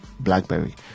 blackberry